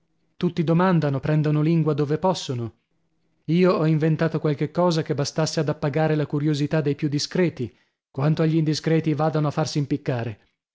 tutti domandano prendono lingua dove possono io ho inventato qualche cosa che bastasse ad appagare la curiosità dei più discreti quanto agli indiscreti vadano a farsi impiccare